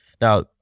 Now